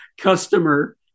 customer